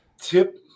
Tip